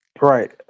Right